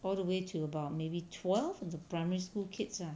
all the way to about maybe twelve into primary school kids ah